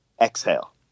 exhale